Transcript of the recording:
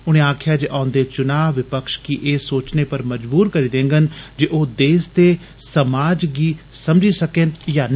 उनें आकखेआ जे औंदे चुनां विपक्ष गी एह् सोचनेपर मजबूर करी देंगन जे ओह् देस ते समाज गी समझी सके न जां नेईं